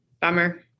bummer